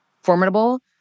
formidable